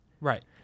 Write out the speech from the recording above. right